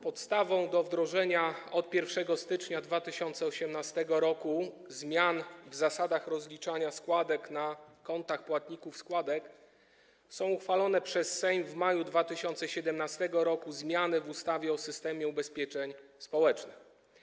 Podstawą do wdrożenia od 1 stycznia 2018 r. zmian w zasadach rozliczania składek na kontach płatników składek są uchwalone przez Sejm w maju 2017 r. zmiany w ustawie o systemie ubezpieczeń społecznych.